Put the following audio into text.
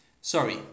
sorry